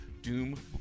doom